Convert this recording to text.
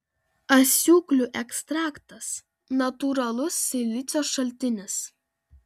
asiūklių ekstraktas natūralus silicio šaltinis